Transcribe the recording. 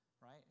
right